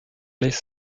les